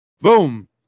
Boom